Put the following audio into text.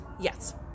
Yes